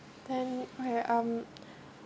mm and okay um